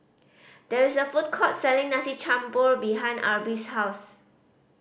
there is a food court selling Nasi Campur behind Arbie's house